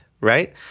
right